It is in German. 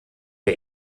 der